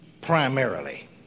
primarily